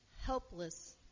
helpless